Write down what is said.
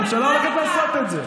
הממשלה הולכת לעשות את זה.